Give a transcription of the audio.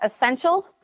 essential